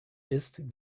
ist